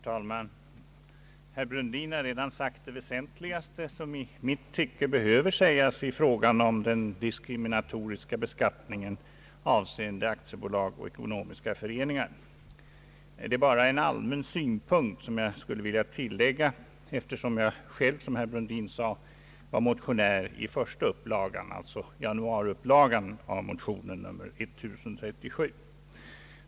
Herr talman! Herr Brundin har redan sagt det mest väsentliga som enligt min mening behöver sägas i fråga om den diskriminatoriska beskattningen av aktiebolag och ekonomiska föreningar. Det är bara en allmän synpunkt som jag skulle vilja tillägga, eftersom jag själv, som herr Brundin sade, var motionär i januariupplagan av motion I: 1037.